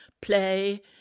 play